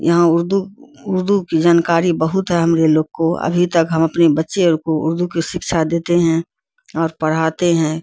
یہاں اردو اردو کی جانکاری بہت ہے ہمارے لوگ کو ابھی تک ہم اپنے بچے ار کو اردو کی شکچھا دیتے ہیں اور پڑھاتے ہیں